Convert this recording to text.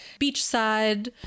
beachside